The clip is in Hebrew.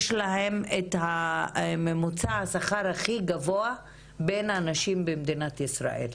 יש להן את ממוצע השכר הכי גבוה בין הנשים במדינת ישראל.